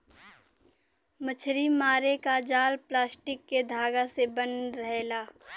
मछरी मारे क जाल प्लास्टिक के धागा से बनल रहेला